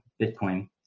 Bitcoin